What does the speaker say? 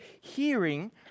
hearing